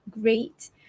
Great